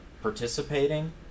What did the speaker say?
participating